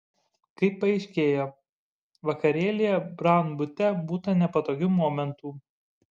kaip paaiškėjo vakarėlyje braun bute būta nepatogių momentų